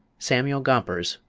samuel gompers,